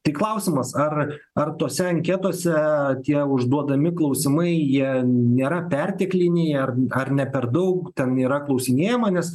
tai klausimas ar ar tose anketose tie užduodami klausimai jie nėra pertekliniai ar ar ne per daug ten yra klausinėjama nes